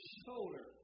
shoulder